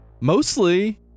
mostly